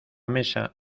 mesa